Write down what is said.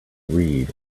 read